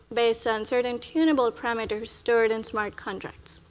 based on certain tuneable parameters stored in smart contracts.